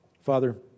Father